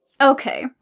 okay